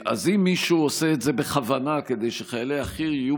אז אם מישהו עושה את זה בכוונה כדי שחיילי החי"ר יהיו